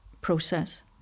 process